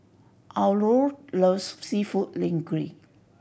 Aurore loves Seafood Linguine